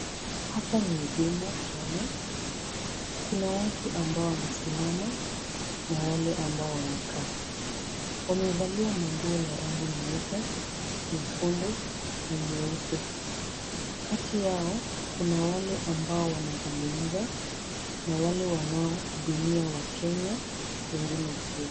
Hapa ni Huduma Kenya, kuna watu ambao wamesimama na wale ambao wamekaa. Wamevalia nguo za rangi ;nyeupe, nyekundu na nyeusi. Kati yao kuna wale ambao wanazungumza na wale wanaohudumia wakenya wengine pia.